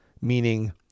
Meaning